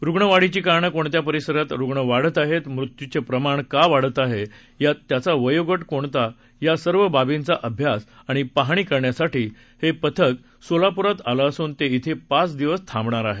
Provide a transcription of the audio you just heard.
रुग्णवाढीची कारणे कोणत्या परिसरातच रुग्ण वाढत आहेत मृत्यूचे प्रमाण का वाढत आहे त्याचा वयोगट कोणता या सर्व बाबींचा अभ्यास आणि पाहणी करण्यासाठी हे पथक सोलापुरात आलं असून ते श्री पाच दिवस थांबणार आहेत